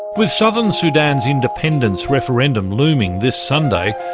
with southern sudan's independence referendum looming this sunday,